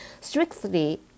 strictly